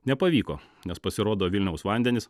nepavyko nes pasirodo vilniaus vandenys